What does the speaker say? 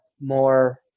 more